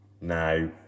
now